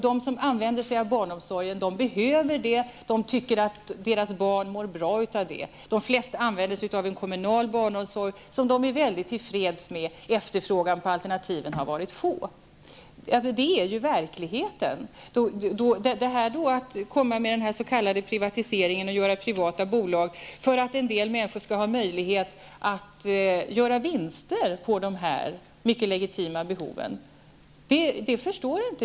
De som använder sig av barnomsorgen behöver den, de tycker att deras barn mår bra av den. De flesta använder kommunal barnomsorg, som de är till freds med. Efterfrågan på alternativen har varit låg. Det är verkligheten. Jag vill inte acceptera den s.k. privatiseringen, att det bildas privata bolag, för att en del människor skall ha möjlighet att göra vinster på de här mycket legitima behoven.